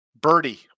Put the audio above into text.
Birdie